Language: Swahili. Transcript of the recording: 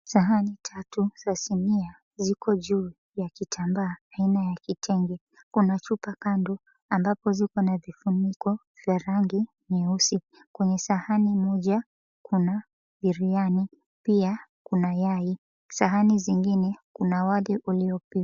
Sahani tatu za sinia ziko juu ya kitambaa aina ya kitenge kuna chupa kando ambapo ziko na vifuniko vya rangi nyeusi kwenye sahani moja kuna biryani pia kuna yai sahani zingine kuna wali uliopikwa.